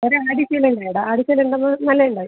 ഒരു ആദിത്യ ഇല്ലേ എടാ ആദിത്യയിലുള്ളത് നല്ലതുണ്ട്